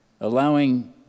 allowing